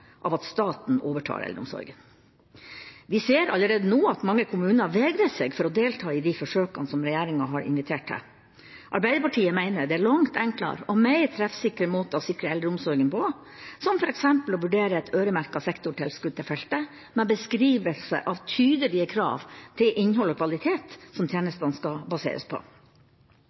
av at staten overtar eldreomsorgen. Vi ser allerede nå at mange kommuner vegrer seg for å delta i de forsøkene som regjeringa har invitert til. Arbeiderpartiet mener det er langt enklere og mer treffsikre måter å sikre eldreomsorgen på, som f.eks. å vurdere et øremerket sektortilskudd til dette feltet med beskrivelse av tydelige krav til innhold og kvalitet som